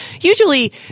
Usually